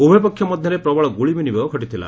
ଉଭୟ ପକ୍ଷ ମଧ୍ଧରେ ପ୍ରବଳ ଗୁଳିବିନିମୟ ଘଟିଥିଲା